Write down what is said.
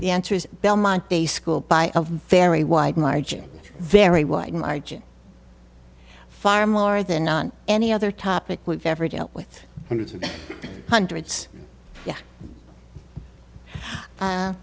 the answer is belmont base school by a very wide margin very wide margin far more than on any other topic we've ever dealt with hundreds